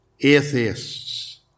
Atheists